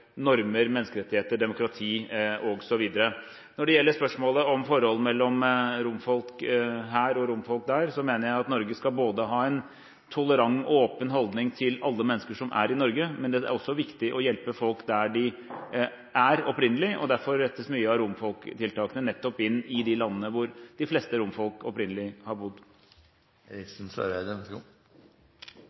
normer, menneskerettigheter, demokrati osv. Når det gjelder spørsmålet om forhold med hensyn til romfolk her og romfolk der, mener jeg at Norge skal ha en tolerant og åpen holdning til alle mennesker som er i Norge. Men det er også viktig å hjelpe folk der de er opprinnelig, og derfor rettes mye av romfolktiltakene nettopp inn i de landene hvor de fleste romfolk opprinnelig har bodd.